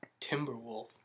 Timberwolf